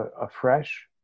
afresh